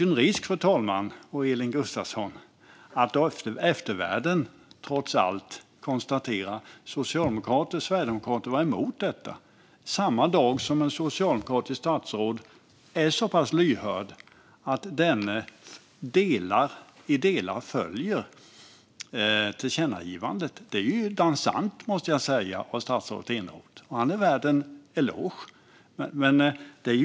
Det finns en risk, Elin Gustafsson, att eftervärlden trots allt konstaterar att socialdemokrater och sverigedemokrater var emot detta, samma dag som ett socialdemokratiskt statsråd är så pass lyhörd att denne i delar följer tillkännagivandet. Det är dansant, måste jag säga, av statsrådet Eneroth. Och han är värd en eloge.